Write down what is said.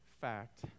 fact